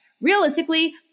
Realistically